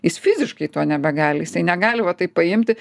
jis fiziškai to nebegali jisai negali va taip paimti